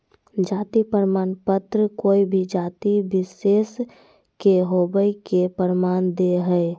जाति प्रमाण पत्र कोय भी जाति विशेष के होवय के प्रमाण दे हइ